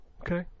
Okay